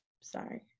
sorry